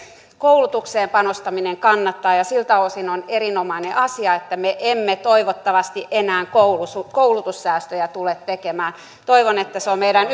koulutukseen panostaminen kannattaa ja ja siltä osin on erinomainen asia että me emme toivottavasti enää koulutussäästöjä tule tekemään toivon että se on meidän